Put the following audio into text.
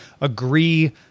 agree